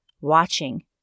Watching